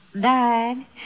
died